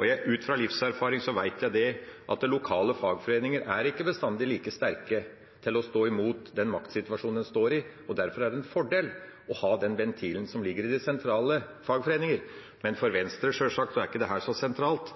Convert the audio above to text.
Ut fra livserfaring vet jeg at lokale fagforeninger ikke bestandig er like sterke til å stå imot den vaktsituasjonen en står i, og derfor er det en fordel å ha den ventilen som ligger i de sentrale fagforeninger. Men for Venstre er dette sjølsagt ikke så sentralt,